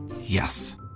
Yes